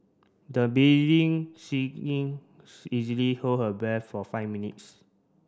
the beading singing easily hold her breath for five minutes